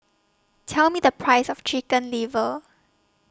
Tell Me The Price of Chicken Liver